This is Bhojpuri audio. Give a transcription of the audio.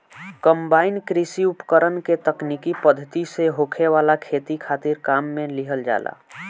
कंबाइन कृषि उपकरण के तकनीकी पद्धति से होखे वाला खेती खातिर काम में लिहल जाला